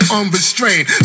unrestrained